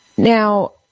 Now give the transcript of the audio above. Now